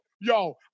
Yo